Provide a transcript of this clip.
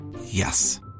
Yes